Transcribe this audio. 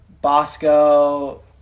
Bosco